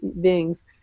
beings